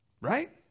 Right